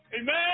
amen